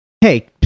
Hey